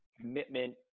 commitment